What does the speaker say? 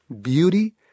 Beauty